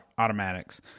automatics